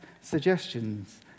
suggestions